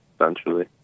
essentially